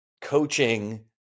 coaching